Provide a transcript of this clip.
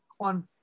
on